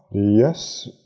yes.